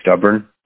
stubborn